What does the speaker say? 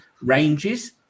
ranges